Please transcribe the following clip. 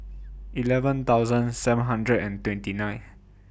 eleven thousand seven hundred and twenty nine